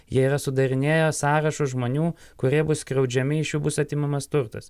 jie yra sudarinėjo sąrašus žmonių kurie bus skriaudžiami iš jų bus atimamas turtas